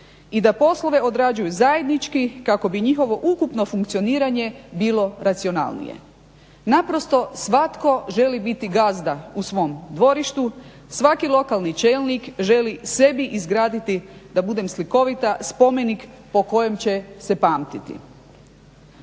i da poslove odrađuju zajednički kako bi njihovo ukupno funkcioniranje bilo racionalnije. Naprosto svatko želi biti gazda u svom dvorištu, svaki lokalni čelnik želi sebi izgraditi, da budem slikovita, spomenik po kojem će se pamtiti.